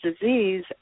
disease